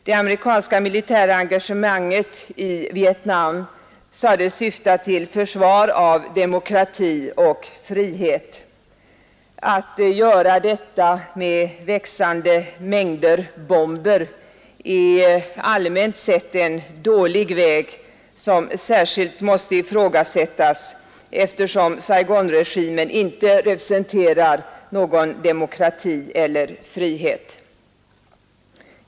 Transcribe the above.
Det amerikanska militära engagemanget i Vietnam sades syfta till försvar av demokrati och frihet. Att göra detta med växande mängder bomber är allmänt sett en dålig väg som särskilt måste ifrågasättas, eftersom Saigonregimen inte representerar någon demokrati Nr 59 eller frihet.